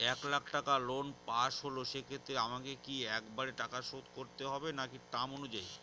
এক লাখ টাকা লোন পাশ হল সেক্ষেত্রে আমাকে কি একবারে টাকা শোধ করতে হবে নাকি টার্ম অনুযায়ী?